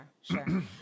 sure